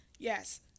Yes